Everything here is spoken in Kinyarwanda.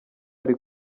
ari